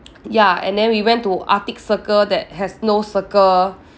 ya and then we went to arctic circle that has no circle